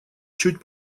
чуть